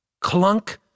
Clunk